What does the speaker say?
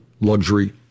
luxury